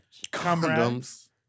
Condoms